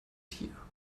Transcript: tier